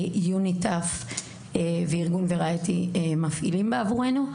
ויוני-טף וארגון וראייטי מפעילים בשבילנו.